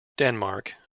denmark